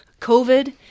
covid